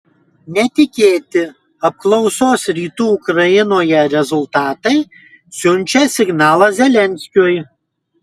netikėti apklausos rytų ukrainoje rezultatai siunčia signalą zelenskiui